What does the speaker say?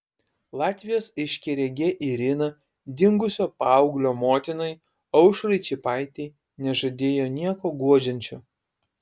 latvijos aiškiaregė irina dingusio paauglio motinai aušrai čypaitei nežadėjo nieko guodžiančio